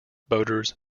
boaters